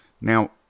Now